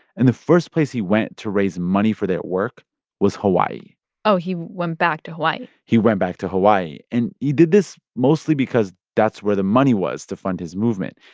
and the first place he went to raise money for their work was hawaii oh, he went back to hawaii he went back to hawaii. and he did this mostly because that's where the money was to fund his movement.